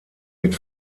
mit